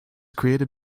created